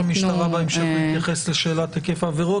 המשטרה בהמשך כשנתייחס לשאלת היקף העבירות.